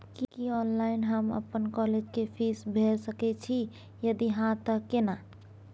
की online हम अपन college के फीस भैर सके छि यदि हाँ त केना?